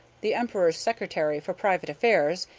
the emperor's secretary for private affairs,